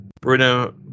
Bruno